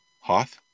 Hoth